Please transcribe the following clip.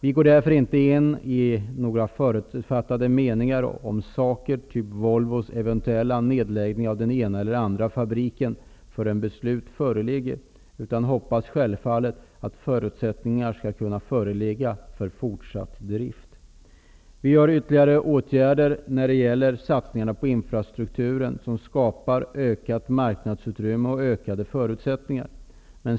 Vi går därför inte in med några förutfattade meningar om t.ex. Volvos eventuella nedläggning av den ena eller andra fabriken förrän beslut föreligger utan hoppas självfallet att förutsättningar skall kunna föreligga för fortsatt drift. Vi vidtar ytterligare åtgärder när det gäller satsningarna på infrastrukturen, åtgärder som skapar ökat marknadsutrymme och ökade förutsättningar.